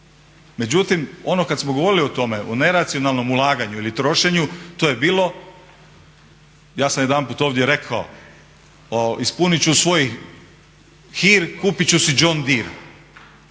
Međutim ono kada smo govorili o tome o neracionalnom ulaganju ili trošenju to je bilo ja sam jedanput ovdje rekao, ispuniti ću svoj hir kupiti ću si John Deere.